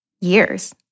years